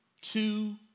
two